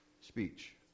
speech